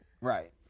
Right